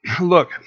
Look